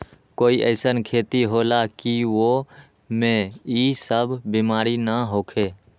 कोई अईसन खेती होला की वो में ई सब बीमारी न होखे?